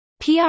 PR